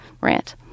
rant